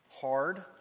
hard